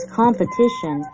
competition